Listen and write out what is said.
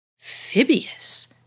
Phibius